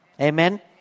Amen